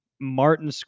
Martin